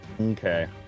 Okay